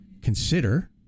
consider